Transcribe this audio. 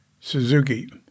Suzuki